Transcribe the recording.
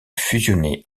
fusionner